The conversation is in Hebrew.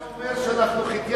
אם אתה אומר שאנחנו חתיארים,